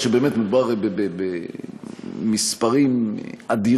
מכיוון שבאמת מדובר במספרים אדירים,